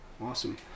Awesome